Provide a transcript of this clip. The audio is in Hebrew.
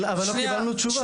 אבל לא קיבלנו תשובה.